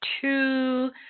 two